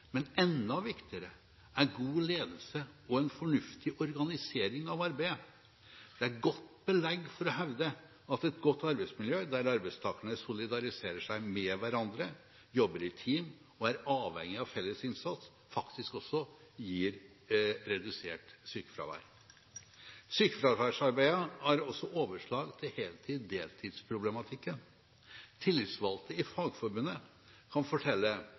men enda viktigere er god ledelse og en fornuftig organisering av arbeidet. Det er godt belegg for å hevde at et godt arbeidsmiljø der arbeidstakerne solidariserer seg med hverandre, jobber i team og er avhengig av felles innsats, faktisk også gir redusert sykefravær. Sykefraværsarbeidet har også overslag til heltid/deltidsproblematikken. Tillitsvalgte i Fagforbundet kan fortelle